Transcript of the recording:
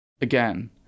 Again